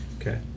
Okay